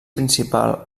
principal